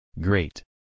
Great